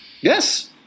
Yes